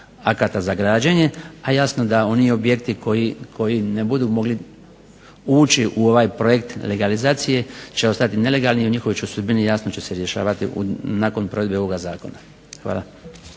akata za građenje, a jasno da oni objekti koji ne budu mogli ući u ovaj projekt legalizacije će ostati nelegalni i o njihovoj sudbini jasno će se rješavati nakon provedbe ovoga zakona. Hvala.